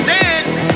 dance